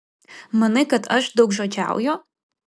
manai kad aš daugžodžiauju